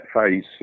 face